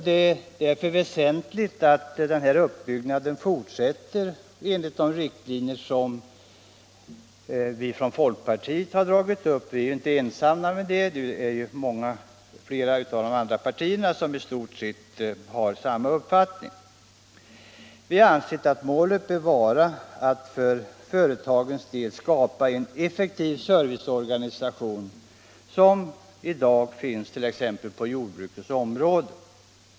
Det är väsentligt att denna utbyggnad fortsätter enligt de riktlinjer som vi från folkpartiet har dragit upp. Vi är ju inte ensamma om dem; flera av de andra partierna har i stort sett samma uppfattning. Målet bör vara, har vi ansett, att för företagens del skapa en effektiv serviceorganisation, som den som i dag finns t.ex. på jordbrukets område.